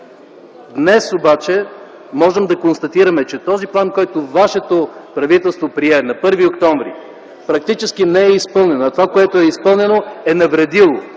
Днес обаче можем да констатираме, че този план, който вашето правителство прие на 1 октомври 2009 г. практически не е изпълнен. Това, което е изпълнило е навредило